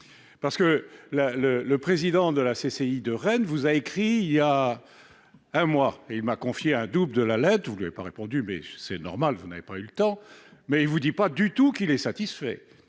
parce que le président de la CCI de Rennes vous a écrit il y a un mois et m'a confié un double de la lettre. Vous n'avez pas répondu, c'est normal, vous n'avez pas eu le temps. Dans cette lettre, il ne vous dit pas du tout qu'il est satisfait